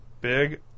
Big